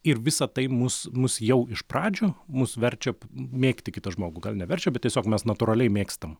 ir visa tai mus mus jau iš pradžių mus verčia mėgti kitą žmogų gal ne verčia bet tiesiog mes natūraliai mėgstam